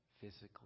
physically